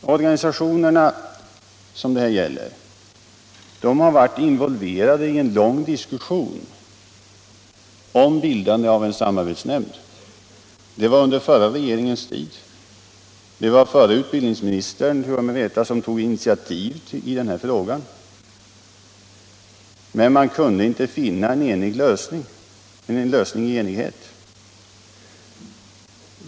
De organisationer som det här gäller har varit involverade i en lång diskussion om bildandet av en samarbetsnämnd. Jag tror mig veta att det var utbildningsministern i den förra regeringen som tog initiativ i denna fråga. Man kunde inte finna en lösning i enighet.